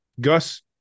Gus